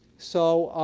so